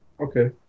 Okay